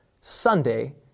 Sunday